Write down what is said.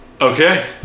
okay